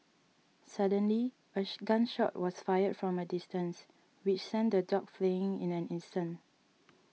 suddenly ash gun shot was fired from a distance which sent the dogs fleeing in an instant